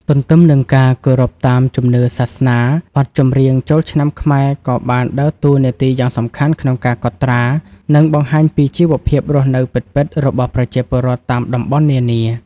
ទន្ទឹមនឹងការគោរពតាមជំនឿសាសនា បទចម្រៀងចូលឆ្នាំខ្មែរក៏បានដើរតួនាទីយ៉ាងសំខាន់ក្នុងការកត់ត្រា និងបង្ហាញពីជីវភាពរស់នៅពិតៗរបស់ប្រជាពលរដ្ឋតាមតំបន់នានា។